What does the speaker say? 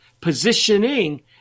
Positioning